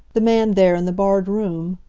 the man there in the barred room